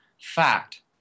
Fact